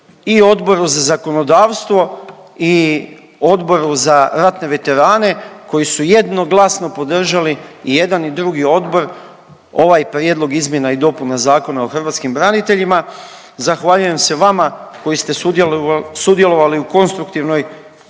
i Odboru za zakonodavstvo i Odboru za ratne veterane koji su jednoglasno podržali i jedan i drugi odbor ovaj Prijedlog izmjena i dopuna Zakona o hrvatskim braniteljima. Zahvaljujem se vama koji ste sudjelovali u konstruktivnoj